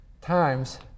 times